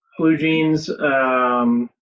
BlueJeans